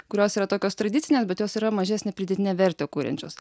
kurios yra tokios tradicinės bet jos yra mažesnę pridėtinę vertę kuriančios